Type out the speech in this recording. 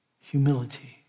humility